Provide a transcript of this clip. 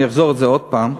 אני אחזור על זה עוד הפעם,